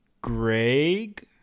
greg